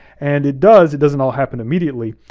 and it does, it doesn't all happen immediately,